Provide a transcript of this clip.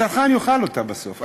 הצרכן יאכל אותה בסוף.